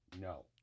No